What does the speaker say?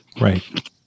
Right